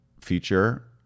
feature